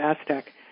Aztec